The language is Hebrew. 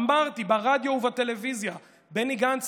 אמרתי ברדיו ובטלוויזיה: בני גנץ,